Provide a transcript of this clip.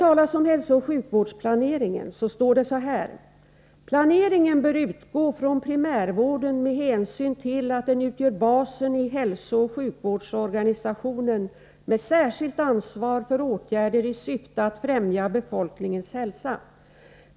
Beträffande hälsooch sjukvårdsplaneringen sägs följande: ”Planeringen bör utgå från primärvården med hänsyn till att den utgör basen i hälsooch sjukvårdsorganisationen med särskilt ansvar för åtgärder i syfte att främja befolkningens hälsa.